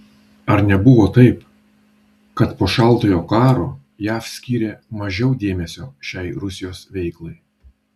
ar nebuvo taip kad po šaltojo karo jav skyrė mažiau dėmesio šiai rusijos veiklai